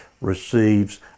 receives